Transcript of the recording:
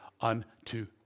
unto